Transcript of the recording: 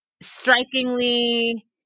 strikingly